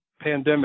pandemic